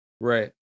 Right